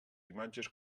imatges